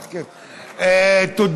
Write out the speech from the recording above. תודה.